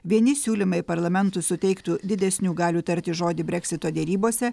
vieni siūlymai parlamentui suteiktų didesnių galių tarti žodį breksito derybose